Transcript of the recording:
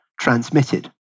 transmitted